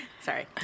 Sorry